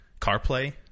CarPlay